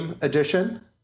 edition